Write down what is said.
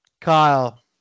Kyle